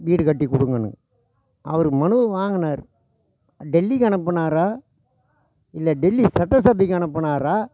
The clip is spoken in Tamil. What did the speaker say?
வீடு கட்டி கொடுங்கன்னு அவர் மனுவை வாங்கினாரு டெல்லிக்கு அனுப்பினாரா இல்லை டெல்லி சட்டசபைக்கு அனுப்பினாரா